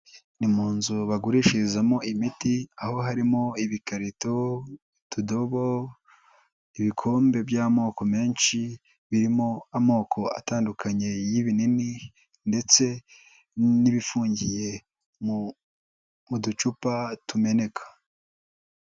Ni mu nzu bagurishirizamo imiti aho harimo ibikarito, utudobo, ibikombe by'amoko menshi, birimo amoko atandukanye y'ibinini ndetse n'ibifungiye mu ducupa tumeneka.